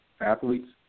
athletes